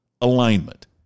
alignment